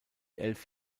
elf